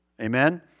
Amen